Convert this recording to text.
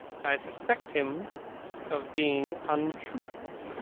i suspect him of being untruthful.